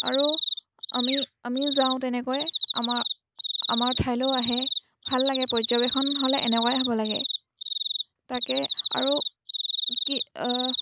আৰু আমি আমিও যাওঁ তেনেকৈ আমাৰ আমাৰ ঠাইলৈও আহে ভাল লাগে পৰ্যবেক্ষণ হ'লে এনেকুৱাই হ'ব লাগে তাকে আৰু কি